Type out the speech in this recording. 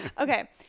Okay